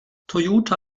toyota